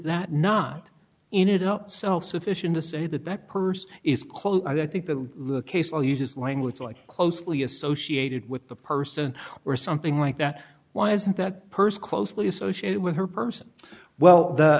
that not in it up self sufficient to say that that person is quote i think the case all uses language like closely associated with the person or something like that why isn't that person closely associated with her person well